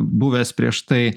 buvęs prieš tai